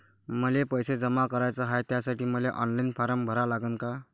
मले पैसे जमा कराच हाय, त्यासाठी मले ऑनलाईन फारम भरा लागन का?